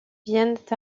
viennent